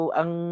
ang